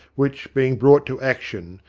which, being brought to action,